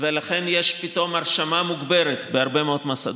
ולכן יש פתאום הרשמה מוגברת בהרבה מאוד מוסדות.